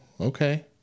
okay